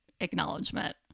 acknowledgement